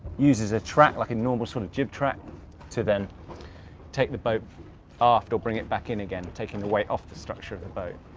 uses a track like a normal sort of jib track to then take the boat aft or bring it back in again, taking the weight off the structure of the boat,